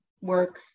work